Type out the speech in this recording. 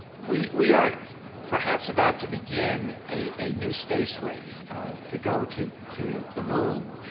we we are perhaps about to begin a new space race to go to to the moon,